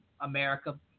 America